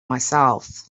myself